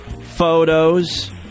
Photos